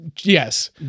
Yes